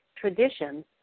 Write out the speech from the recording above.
Traditions